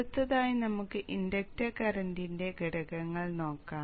അടുത്തതായി നമുക്ക് ഇൻഡക്റ്റർ കറന്റിൻറെ ഘടകങ്ങൾ നോക്കാം